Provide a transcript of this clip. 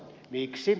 miksi